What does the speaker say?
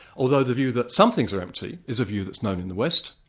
although the view that some things are empty, is a view that's known in the west,